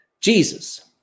Jesus